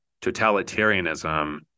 totalitarianism